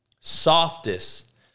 softest